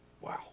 Wow